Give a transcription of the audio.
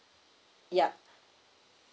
yup